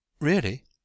Really